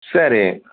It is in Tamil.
சரி